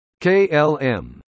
KLM